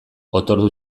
otordu